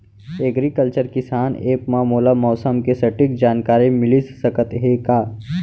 Agriculture किसान app मा मोला मौसम के सटीक जानकारी मिलिस सकत हे का?